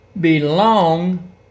belong